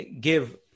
give